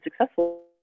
successful